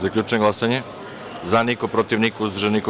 Zaključujem glasanje: za - niko, protiv – niko, uzdržan – niko.